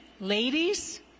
ladies